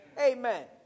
Amen